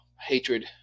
hatred